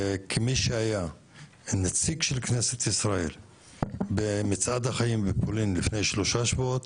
וכמי שהיה נציג של כנסת ישראל במצעד החיים בפולין לפני שלושה שבועות,